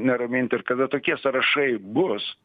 neramint ir kada tokie sąrašai bus